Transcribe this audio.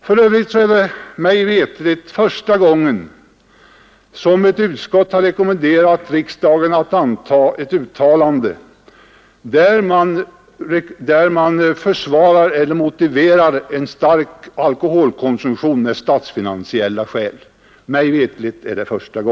För övrigt är det mig veterligt första gången som ett utskott har rekommenderat riksdagen att anta ett uttalande som motiverar en stor alkoholkonsumtion med statsfinansiella skäl.